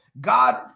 God